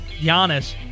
Giannis